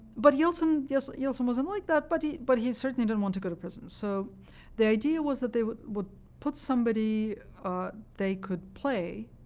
but yeltsin yeltsin wasn't like that, but he but he certainly didn't want to go to prison. so the idea was that they would would put somebody they could play